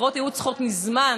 הבחירות היו צריכות מזמן,